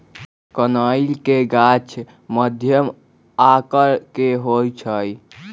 कनइल के गाछ मध्यम आकर के होइ छइ